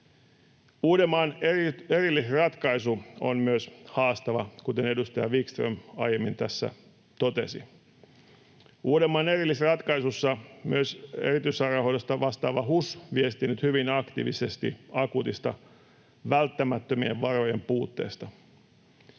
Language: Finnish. Uudenmaan erillisratkaisu on myös haastava, kuten edustaja Wickström aiemmin tässä totesi. Uudenmaan erillisratkaisussa myös erityissairaanhoidosta vastaava HUS on viestinyt hyvin aktiivisesti akuutista välttämättömien varojen puutteesta.